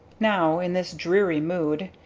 now, in this dreary mood,